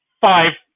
five